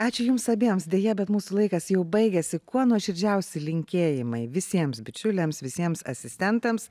ačiū jums abiems deja bet mūsų laikas jau baigiasi kuo nuoširdžiausi linkėjimai visiems bičiuliams visiems asistentams